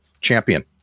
champion